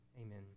Amen